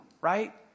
right